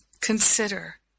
consider